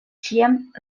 ĉiam